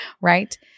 Right